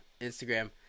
Instagram